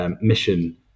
mission